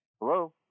Hello